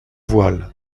voile